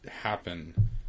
happen